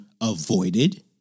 avoided